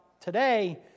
today